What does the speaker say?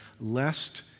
lest